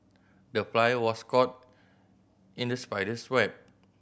the fly was caught in the spider's web